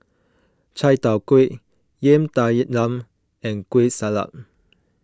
Chai Tow Kway Yam Talam and Kueh Salat